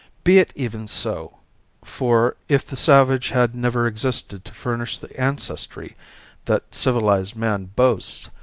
be it even so for, if the savage had never existed to furnish the ancestry that civilized man boasts,